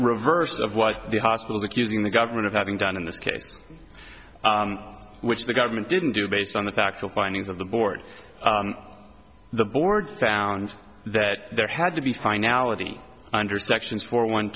reverse of what the hospital accusing the government of having done in this case which the government didn't do based on the factual findings of the board the board found that there had to be finality under sections for one